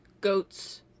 Goats